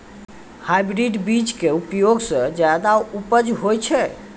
hybrid बीज के उपयोग सॅ ज्यादा उपज होय छै